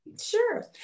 Sure